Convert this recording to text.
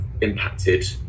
impacted